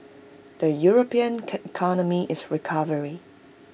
the european is recovering